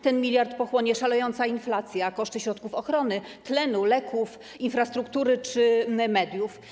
Ten 1 mld pochłonie szalejąca inflacja, pochłoną koszty środków ochrony, tlenu, leków, infrastruktury czy mediów.